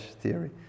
theory